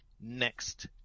next